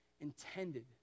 intended